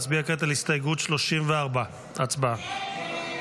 נצביע כעת על הסתייגות 31. הסתייגות